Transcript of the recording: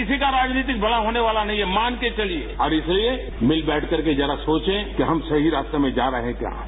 किसी का राजनीतिक भला होने वाला नहीं है मानके चालिए और इसे मित बैठकर जरा सोचे कि हम सही रास्ते में जा रहे हैं कि आप